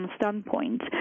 standpoint